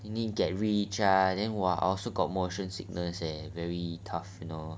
you need get rich ah then !wah! I also got motion sickness leh very tough you know